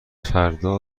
فردا